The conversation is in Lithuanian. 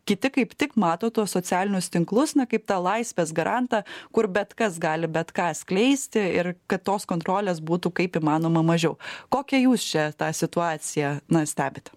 kiti kaip tik mato tuos socialinius tinklus na kaip tą laisvės garantą kur bet kas gali bet ką skleisti ir kad tos kontrolės būtų kaip įmanoma mažiau kokią jūs čia tą situaciją na stebit